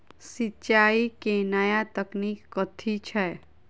सिंचाई केँ नया तकनीक कथी छै?